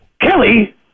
Kelly